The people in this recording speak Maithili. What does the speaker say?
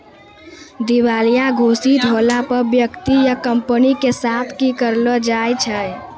दिबालिया घोषित होला पे व्यक्ति या कंपनी के साथ कि करलो जाय छै?